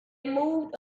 moved